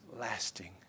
Lasting